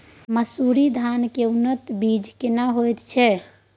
मन्सूरी धान के उन्नत बीज केना होयत छै?